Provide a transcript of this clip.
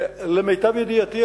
למיטב ידיעתי,